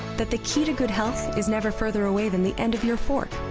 that the key to good health is never further away than the end of your fork.